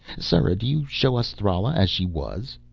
sera, do you show us thrala as she was.